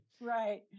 Right